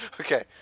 okay